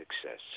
success